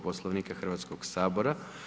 Poslovnika Hrvatskog sabora.